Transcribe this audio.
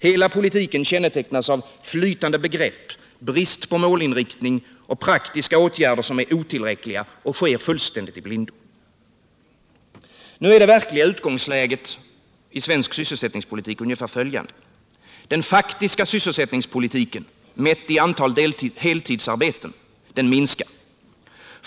Hela politiken kännetecknas av flytande begrepp, brist på målinriktning och praktiska åtgärder som är otillräckliga och vidtas fullständigt i blindo. Det verkliga utgångsläget i svensk sysselsättningspolitik är ungefär följande: Den faktiska sysselsättningen mätt i antal heltidsarbeten minskar.